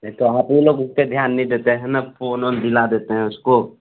ये तो आप ही लोग उसपे ध्यान नहीं देते है ना फोन वोन दिला देते है उसको